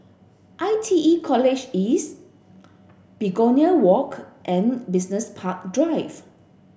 I T E College East Begonia Walk and Business Park Drive